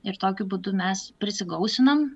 ir tokiu būdu mes prisigausinam